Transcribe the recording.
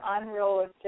unrealistic